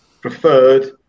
preferred